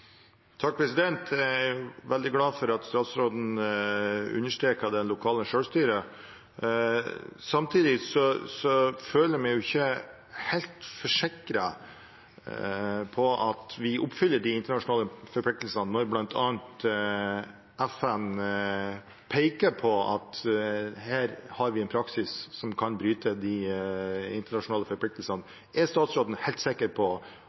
Jeg er veldig glad for at statsråden understreker det lokale selvstyret. Samtidig føler jeg meg ikke helt forsikret om at vi oppfyller de internasjonale forpliktelsene, når bl.a. FN peker på at vi har en praksis som kan bryte med disse. Er statsråden helt sikker på